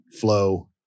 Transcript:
flow